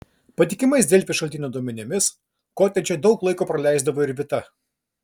patikimais delfi šaltinių duomenimis kotedže daug laiko praleisdavo ir vita